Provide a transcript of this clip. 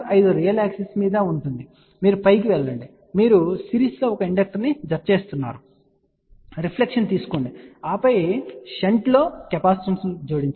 5 real axis మీద ఉంటుంది మీరు పైకి వెళ్లండి మీరు సిరీస్లో ఒక ఇండక్టర్ను జతచేస్తున్నారు రిఫ్లెక్షన్ తీసుకోండి ఆపై షంట్లో కెపాసిటెన్స్ను జోడించండి